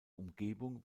umgebung